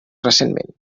recentment